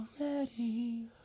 already